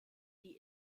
die